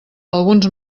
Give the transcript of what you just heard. alguns